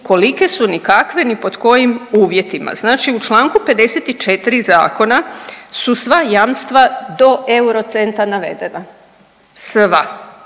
kolike su, ni kakve, ni pod kojim uvjetima. Znači u čl. 54. Zakona su sva jamstva do eurocenta navedena, sva,